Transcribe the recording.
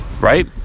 right